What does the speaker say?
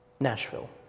Nashville